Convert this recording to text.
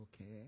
okay